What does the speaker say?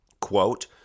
Quote